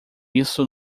isso